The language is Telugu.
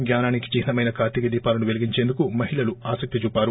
జ్ఞానానికి చిహ్నమైన కార్తీక దీపాలను పెలిగించేందుకు మహిళలు ఆసక్తి చూపారు